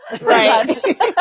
Right